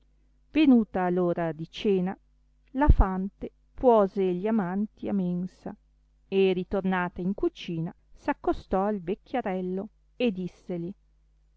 venuta l'ora di cena la fante puose gli amanti a mensa e ritornata in cucina s'accostò al vecchiarello e disseli